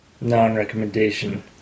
non-recommendation